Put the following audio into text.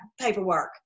paperwork